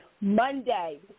Monday